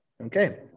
Okay